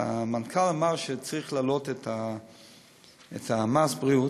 שהמנכ"ל אמר שצריך להעלות את מס הבריאות,